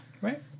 Right